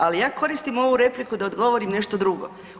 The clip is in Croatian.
Ali ja koristim ovu repliku da odgovorim nešto drugo.